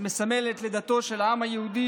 המסמל את לידתו של העם היהודי,